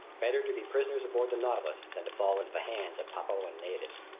better to be prisoners aboard the nautilus than to fall into the hands of papuan natives.